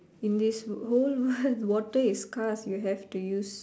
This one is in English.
in this world water is scarce you have to use